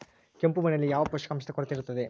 ಕೆಂಪು ಮಣ್ಣಿನಲ್ಲಿ ಯಾವ ಪೋಷಕಾಂಶದ ಕೊರತೆ ಇರುತ್ತದೆ?